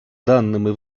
даними